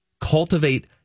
cultivate